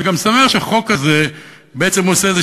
אני גם שמח שהחוק הזה בעצם עושה איזו